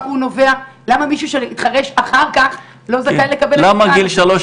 למה מישהו שהתחרש אחר כך לא זכאי לקבל.